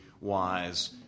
wise